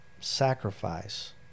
sacrifice